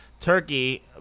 turkey